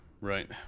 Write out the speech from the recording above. Right